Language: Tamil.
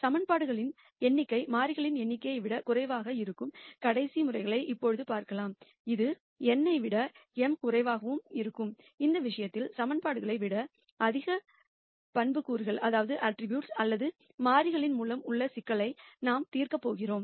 ஈகிவேஷன்களின் எண்ணிக்கை வேரியபிள் எண்ணிக்கையை விடக் குறைவாக இருக்கும் கடைசி வழிமுறைகளை இப்போது பார்க்கலாம் இதில் n ஐ விட m குறைவாக இருக்கும் இந்த விஷயத்தில் ஈகிவேஷன்களை விட அதிக அட்ட்ரிபூட்ஸ் அல்லது வேரியபிள் மூலம் உள்ள சிக்கலை நாம் தீர்க்கப் போகிறோம்